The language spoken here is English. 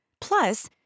Plus